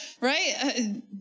right